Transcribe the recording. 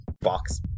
box